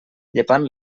llepant